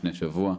לפני שבוע,